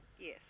Yes